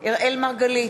אראל מרגלית,